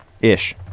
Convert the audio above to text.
ish